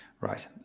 Right